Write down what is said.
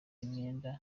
imyenda